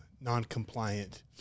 non-compliant